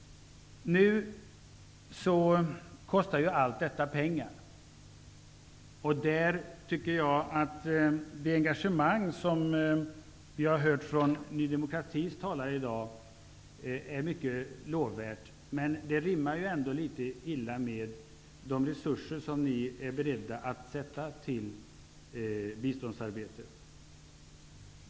Allt detta kostar pengar. Det engagemang vi hört i dag från Ny demokratis talare är mycket lovvärt. Men det rimmar litet illa med de resurser som Ny demokrati är beredd att sätta till i biståndsarbetet.